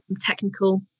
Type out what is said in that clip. technical